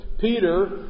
Peter